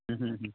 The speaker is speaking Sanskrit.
ह्म् ह्म् ह्म्